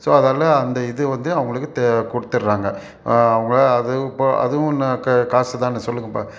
so அதால் அந்த இது வந்து அவர்களுக்கு தேவை கொடுத்துட்றாங்க அவங்களால் அது பா அதுவும் ந கா காசு தானே சொல்லுங்கப்பா